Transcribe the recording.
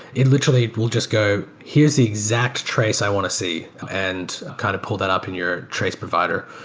it literally will just go, here's the exact trace i want to see, and kind of pull that up in your trace provider.